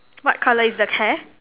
what colour is the hair